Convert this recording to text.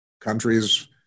countries